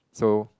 so